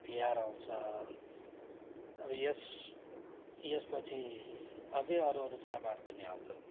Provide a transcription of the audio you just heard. तिहार आउँछ अब यस यसपछि अझै अरू अरू चाडबाड पनि आउँछन्